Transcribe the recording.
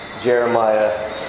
Jeremiah